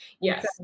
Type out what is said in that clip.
Yes